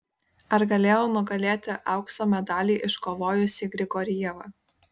ar galėjau nugalėti aukso medalį iškovojusį grigorjevą